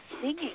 singing